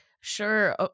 sure